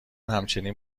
همچنین